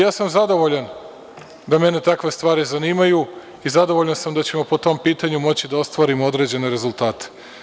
Ja sam zadovoljan da mene takve stvari zanimaju i zadovoljan sam da ćemo po tom pitanju moći da ostvarimo određene rezultate.